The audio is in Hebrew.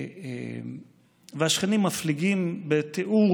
והשכנים מפליגים בתיאור